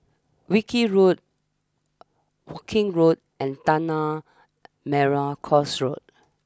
Wilkie Road Woking Road and Tanah Merah Coast Road